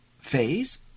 phase